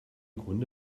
grunde